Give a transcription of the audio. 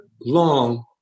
long